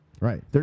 Right